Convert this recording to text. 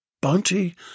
Bounty